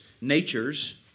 natures